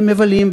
והם מבלים,